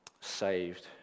saved